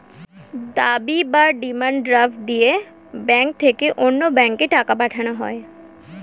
দাবি বা demand draft দিয়ে ব্যাংক থেকে অন্য ব্যাংকে টাকা পাঠানো হয়